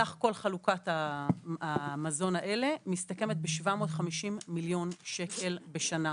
סך כל חלוקת המזון הזאת מסתכמת ב-750,000,000 שקל בשנה,